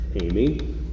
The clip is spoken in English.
Amy